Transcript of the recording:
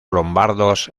lombardos